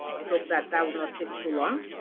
we hope that, that will not take too long.